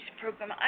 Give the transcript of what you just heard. program